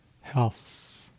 health